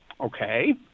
Okay